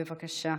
בבקשה.